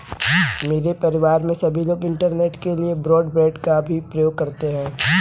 मेरे परिवार में सभी लोग इंटरनेट के लिए ब्रॉडबैंड का भी प्रयोग करते हैं